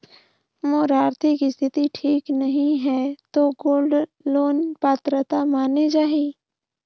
मोर आरथिक स्थिति ठीक नहीं है तो गोल्ड लोन पात्रता माने जाहि?